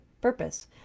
purpose